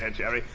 yeah jerry,